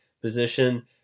position